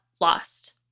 lost